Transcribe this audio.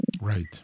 Right